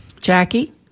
Jackie